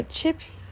Chip's